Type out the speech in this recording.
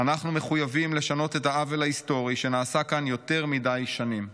אנחנו מחויבים לשנות את העוול ההיסטורי שנעשה כאן יותר מדי שנים.